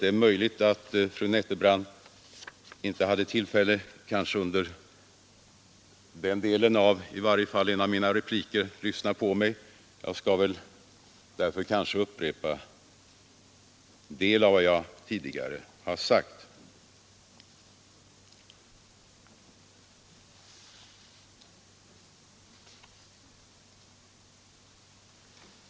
Det är möjligt att fru Nettelbrandt inte hade tillfälle att då lyssna på mig. Jag skall därför upprepa en del av vad jag tidigare har sagt.